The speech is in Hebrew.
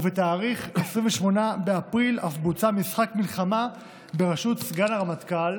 ובתאריך 28 באפריל אף בוצע משחק מלחמה בראשות סגן הרמטכ"ל